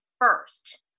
first